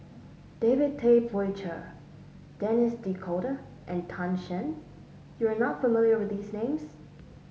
David Tay Poey Cher Denis D'Cotta and Tan Shen you are not familiar with these names